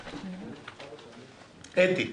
אתי.